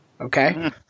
okay